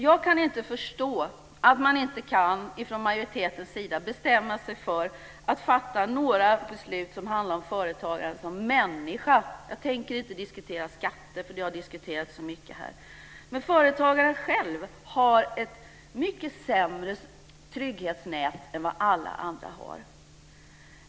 Jag kan inte förstå att man från majoritetens sida inte kan bestämma sig för att fatta några beslut som handlar om företagaren som människa. Jag tänker inte diskutera skatter eftersom dessa har diskuterats så mycket här, men företagaren själv har ett mycket sämre trygghetsnät än vad alla andra har.